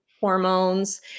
hormones